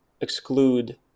exclude